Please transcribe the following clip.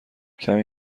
کمی